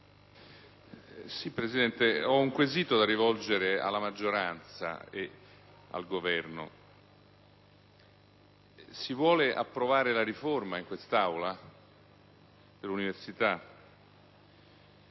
Presidente, ho un quesito da rivolgere alla maggioranza e al Governo. Si vuole approvare in quest'Aula la riforma dell'università?